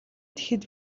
тэгэхэд